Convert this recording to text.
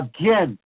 again